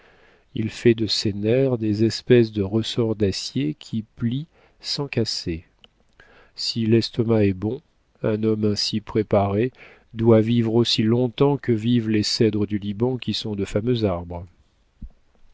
il fait de ses nerfs des espèces de ressorts d'acier qui plient sans casser si l'estomac est bon un homme ainsi préparé doit vivre aussi longtemps que vivent les cèdres du liban qui sont de fameux arbres